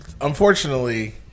Unfortunately